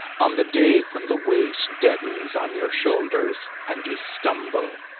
on the day when the weight deadens on your shoulders and you stumble,